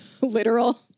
literal